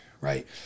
right